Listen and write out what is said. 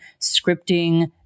scripting